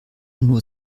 nur